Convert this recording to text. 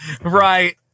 right